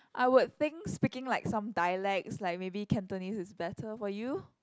I would think speaking like some dialects like maybe Cantonese is better for you